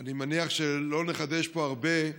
ואני מניח שלא נחדש פה הרבה,